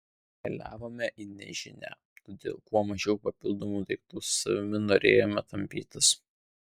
keliavome į nežinią todėl kuo mažiau papildomų daiktų su savimi norėjome tampytis